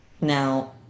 Now